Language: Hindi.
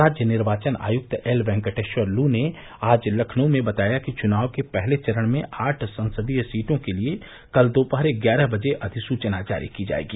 राज्य निर्वाचन आयुक्त एल वेंकटेश्वर लू ने आज लखनऊ में बताया कि चुनाव के पहले चरण में आठ संसदीय सीटों के लिये कल दोपहर ग्यारह बजे अधिसूचना जारी की जायेगी